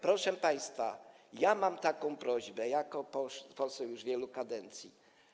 Proszę państwa, mam taką prośbę jako poseł już wielu kadencji.